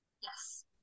Yes